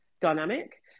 dynamic